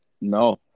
no